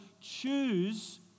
choose